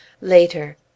later